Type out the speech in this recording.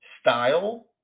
style